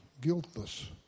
guiltless